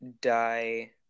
die